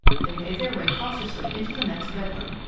they made their way cautiously into the next bedroom,